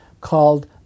called